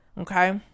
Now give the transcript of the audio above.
okay